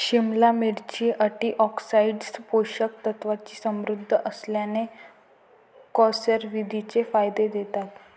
सिमला मिरची, अँटीऑक्सिडंट्स, पोषक तत्वांनी समृद्ध असल्याने, कॅन्सरविरोधी फायदे देतात